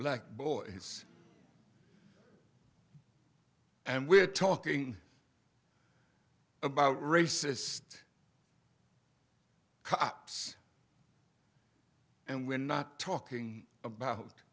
black boys and we're talking about racist cops and we're not talking